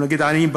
לא נגיד עניים,